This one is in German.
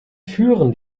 führen